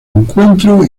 encuentro